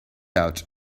out